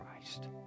Christ